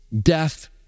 Death